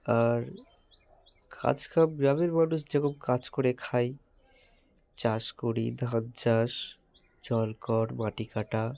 আর কাজ কাম গ্রামের মানুষ যেমন কাজ করে খায় চাষ করি ধান চাষ জল কর মাটি কাটা